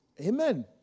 Amen